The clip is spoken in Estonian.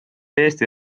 eesti